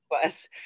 Plus